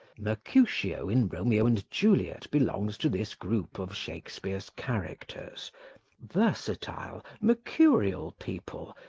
mercutio, in romeo and juliet, belongs to this group of shakespeare's characters versatile, mercurial people,